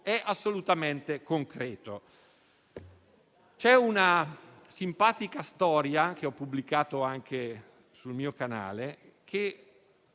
assolutamente concreto. C'è una simpatica storia, che ho pubblicato anche sul mio canale, che